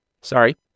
Sorry